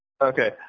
Okay